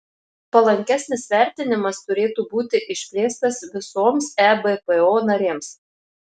palankesnis vertinimas turėtų būti išplėstas visoms ebpo narėms